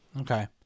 okay